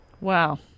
Wow